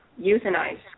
euthanized